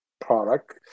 product